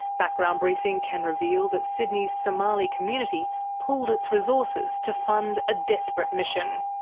background briefing can reveal that sydney's somali community pooled its resources to fund a desperate mission.